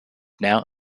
now